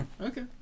Okay